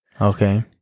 Okay